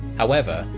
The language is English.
however,